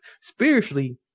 spiritually